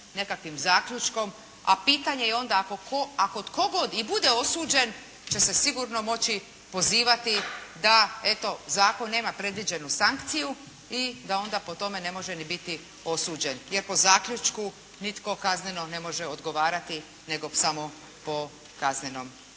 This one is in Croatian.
nekakvim zaključkom. A pitanje je onda ako tko god i bude osuđen će se sigurno moći pozivati da eto zakon nema predviđenu sankciju i da onda po tome ne može biti osuđen. Jer po zaključku nitko kazneno ne može odgovarati nego samo po kaznenom